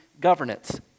governance